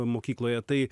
mokykloje tai